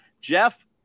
jeff